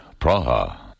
Praha